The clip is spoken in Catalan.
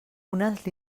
unes